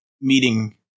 meeting